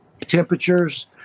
temperatures